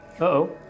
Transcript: Uh-oh